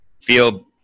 feel